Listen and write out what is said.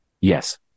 Yes